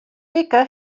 wike